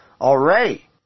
already